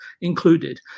included